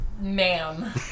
Ma'am